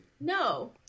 No